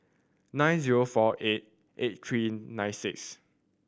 nine zero four eight eight three nine six